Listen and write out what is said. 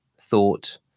thought